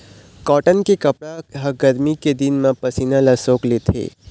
cotton के कपड़ा ह गरमी के दिन म पसीना ल सोख लेथे